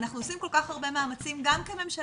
אנחנו עושים כל כך הרבה מאמצים גם כממשלה,